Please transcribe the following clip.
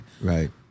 Right